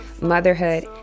motherhood